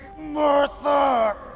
Martha